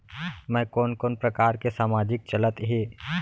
मैं कोन कोन प्रकार के सामाजिक चलत हे?